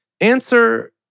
Answer